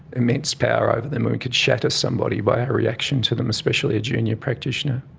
immense power over them, and we could shatter somebody by our reaction to them, especially a junior practitioner.